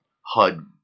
HUD